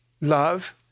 love